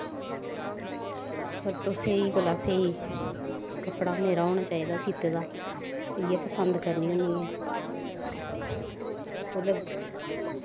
सबतो स्हेई कोला दा स्हेई कपड़ा मेरा होना चाहिदा सीत्ते दा इ'यै पसंद करनी होन्नी आं ओह्दै